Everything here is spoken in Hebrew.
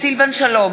סילבן שלום,